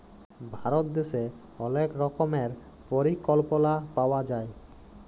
ভারত দ্যাশে অলেক রকমের পরিকল্পলা পাওয়া যায়